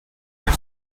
your